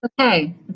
Okay